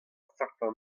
certain